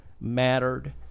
mattered